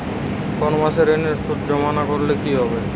কোনো মাসে ঋণের সুদ জমা না করলে কি হবে?